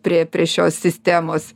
prie prie šios sistemos